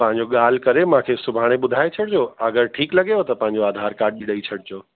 तव्हांजो ॻाल्हि करे मांखे सुभाणे ॿुधाए छॾिजो अगरि ठीकु लॻेव त पंहिंजो आधार काड बि ॾेई छॾिजो